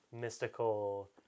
mystical